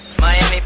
Miami